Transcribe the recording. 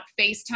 FaceTime